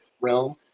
realm